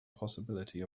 possibility